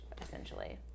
essentially